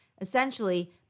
Essentially